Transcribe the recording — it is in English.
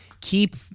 keep